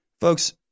folks